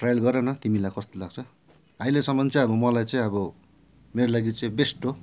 trial गर न तिमीलाई कस्तो लाग्छ अहिलेसम्म चाहिँ अब मलाई चाहिँ मेरो लागि चाहिँ बेस्ट हो